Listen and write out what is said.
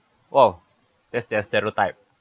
!wow! that's their stereotype